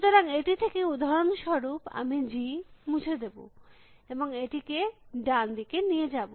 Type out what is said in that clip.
সুতরাং এটি থেকে উদাহরণস্বরূপ আমি G মুছে দেব এবং এটিকে ডান দিকে নিয়ে যাব